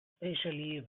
especially